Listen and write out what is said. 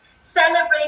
celebrate